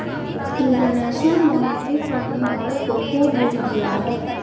international monetary fund ने भारत को खूब ऋण दिया है